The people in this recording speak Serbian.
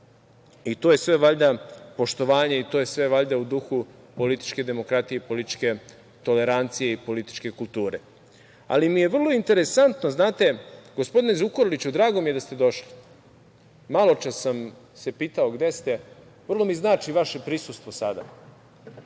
To je sve valjda poštovanje i to je sve valjda u duhu političke demokratije i političke tolerancije i političke kulture. Gospodine Zukorliću, drago mi je da ste došli. Maločas sam se pitao gde se. Vrlo mi znači vaše prisustvo sada